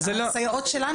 סייעות שלנו,